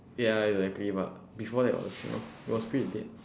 ya exactly but before that was you know it was pretty okay